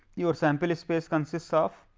your sample space consist of